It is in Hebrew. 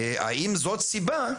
האם זאת סיבה,